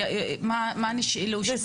מה נשאל שם?